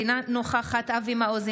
אינה נוכחת אבי מעוז,